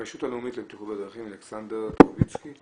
הרשות הלאומית לבטיחות בדרכים, אלכסנדר טרויצקי.